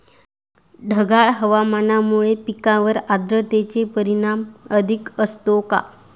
ढगाळ हवामानामुळे पिकांवर आर्द्रतेचे परिणाम अधिक असतो का?